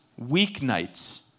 weeknights